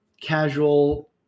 casual